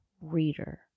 reader